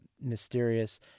mysterious